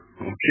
Okay